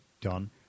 Done